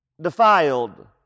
defiled